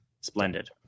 Splendid